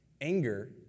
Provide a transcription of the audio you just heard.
anger